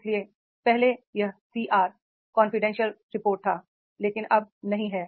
इसलिए पहले यह कॉन्फिडेंशियल रिपोर्ट था लेकिन अब नहीं है